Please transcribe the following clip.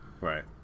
Right